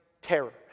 terror